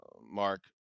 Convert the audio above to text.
Mark